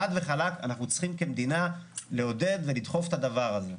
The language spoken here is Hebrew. חד וחלק אנחנו צריכים כמדינה לעודד ולדחוף את הדבר הזה.